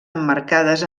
emmarcades